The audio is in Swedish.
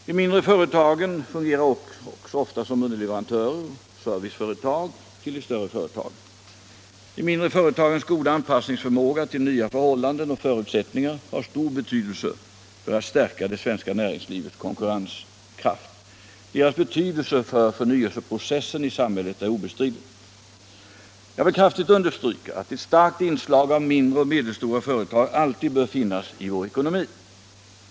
De mindre företagen fungerar också ofta som underleverantörer och serviceföretag till de större företagen. De mindre företagens goda anpassningsförmåga till nya förhållanden och förutsättningar har stor betydelse för att stärka det svenska näringslivets konkurrenskraft. Deras betydelse för förnyelseprocessen i samhället är obestridlig. Jag vill kraftigt understryka att ett starkt inslag av mindre och medelstora företag alltid bör finnas i vår ekonomi.